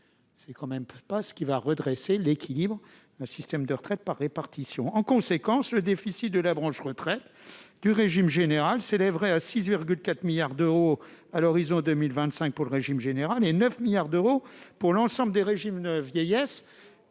ce n'est pas ainsi que l'on va rétablir l'équilibre du système de retraite par répartition. En conséquence, le déficit de la branche retraite s'élèverait à 6,4 milliards d'euros à l'horizon 2025 pour le régime général et même à 9 milliards d'euros pour l'ensemble des régimes vieillesse,